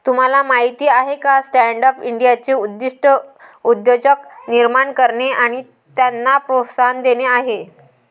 तुम्हाला माहीत आहे का स्टँडअप इंडियाचे उद्दिष्ट उद्योजक निर्माण करणे आणि त्यांना प्रोत्साहन देणे आहे